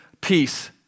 peace